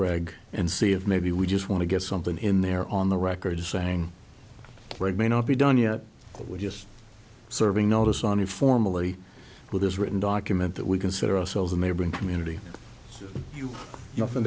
reg and see if maybe we just want to get something in there on the record saying right may not be done yet but we're just serving notice on informally with this written document that we consider ourselves a neighboring community you know